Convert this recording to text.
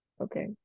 Okay